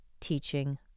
teaching